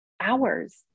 hours